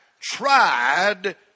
tried